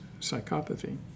psychopathy